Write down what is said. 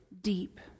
deep